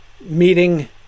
meeting